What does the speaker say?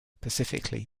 specifically